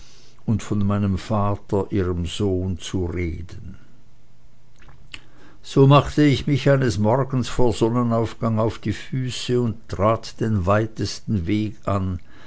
und von meinem vater ihrem sohne zu reden so machte ich mich eines morgens vor sonnenaufgang auf die füße und trat den weitesten weg an